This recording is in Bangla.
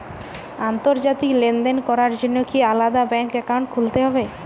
আন্তর্জাতিক লেনদেন করার জন্য কি আলাদা ব্যাংক অ্যাকাউন্ট খুলতে হবে?